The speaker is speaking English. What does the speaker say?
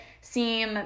seem